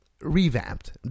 revamped